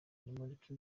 nimureke